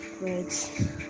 words